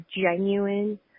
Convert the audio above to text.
genuine